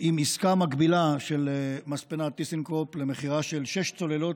עם עסקה מקבילה של מספנת טיסנקרופ למכירה של שש צוללות